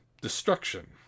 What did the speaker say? destruction